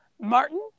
martin